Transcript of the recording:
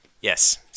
yes